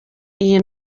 iyi